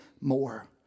more